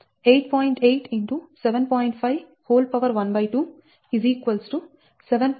మీరే చూడొచ్చు 8